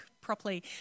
properly